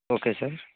okay sir